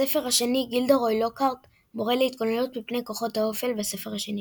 בספר השני גילדרוי לוקהרט – מורה להתגוננות מפני כוחות האופל בספר השני.